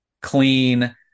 clean